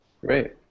Great